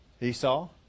Esau